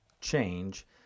change